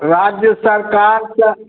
राज्य सरकार तऽ